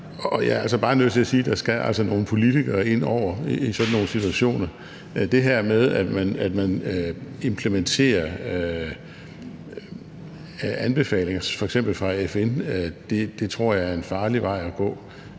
er bare nødt til at sige, at der altså skal nogle politikere ind over i sådan nogle situationer. Det her med at implementere anbefalinger fra f.eks. FN tror jeg er en farlig vej at gå.